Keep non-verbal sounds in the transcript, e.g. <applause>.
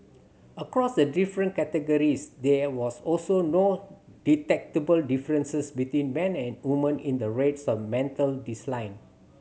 across the different categories there was also no detectable differences between men and women in the rates of mental <unintelligible> line